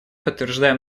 подтверждаем